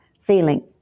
feeling